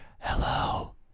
Hello